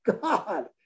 God